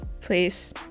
please